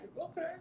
Okay